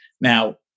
Now